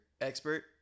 expert